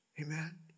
Amen